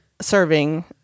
serving